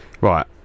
Right